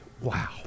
Wow